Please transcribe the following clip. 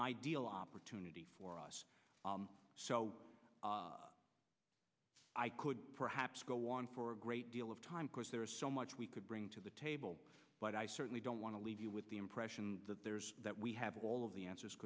ideal opportunity for us so i could perhaps go on for a great deal of time course there is so much we could bring to the table but i certainly don't want to leave you with the impression that there's that we have all of the answers